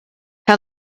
how